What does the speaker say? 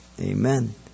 Amen